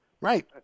Right